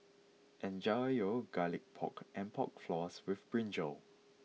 enjoy your Garlic Pork and Pork Floss with Brinjal